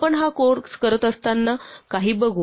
आपण हा कोर्स करत असताना काही बघू